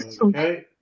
Okay